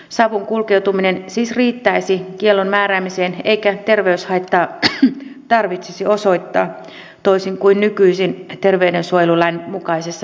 savun kulkeutuminen siis riittäisi kiellon määräämiseen eikä terveyshaittaa tarvitsisi osoittaa toisin kuin nykyisin terveydensuojelulain mukaisessa menettelyssä